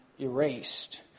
erased